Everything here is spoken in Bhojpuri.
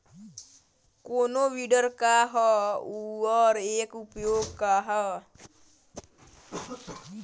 कोनो विडर का ह अउर एकर उपयोग का ह?